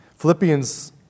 Philippians